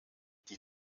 die